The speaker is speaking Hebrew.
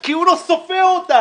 כי הוא לא סופר אותנו.